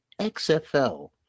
XFL